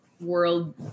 world